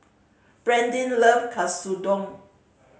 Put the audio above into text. Brandin loves Katsudon